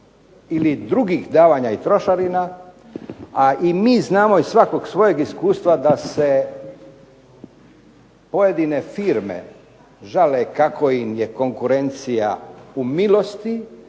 ili drugih davanja i trošarina, a i mi znamo iz svakog svojeg iskustva da se pojedine firme žale kako im je konkurencija u milosti